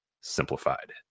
simplified